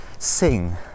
sing